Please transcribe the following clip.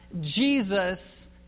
Jesus